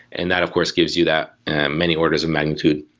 and that of course gives you that many orders of magnitude,